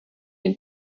and